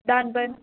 దాని పైన